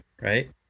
right